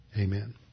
Amen